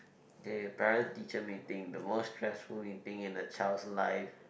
okay parent teacher meeting the most stressful meeting in a child's life